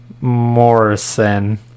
morrison